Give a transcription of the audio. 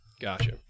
Gotcha